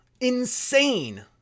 insane